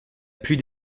plus